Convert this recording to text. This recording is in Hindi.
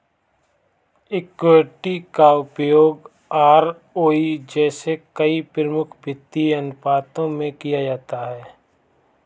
इक्विटी का उपयोग आरओई जैसे कई प्रमुख वित्तीय अनुपातों में किया जाता है